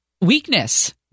weakness